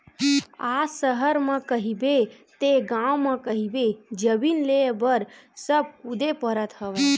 आज सहर म कहिबे ते गाँव म कहिबे जमीन लेय बर सब कुदे परत हवय